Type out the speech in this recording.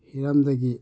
ꯍꯤꯔꯝꯗꯒꯤ